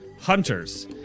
hunters